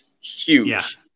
huge